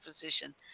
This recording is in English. position